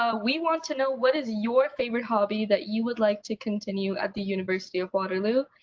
ah we want to know what is your favourite hobby that you would like to continue at the university of waterloo?